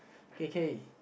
K K